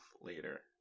later